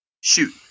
Shoot